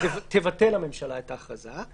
תבטל הממשלה את ההכרזה,